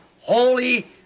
holy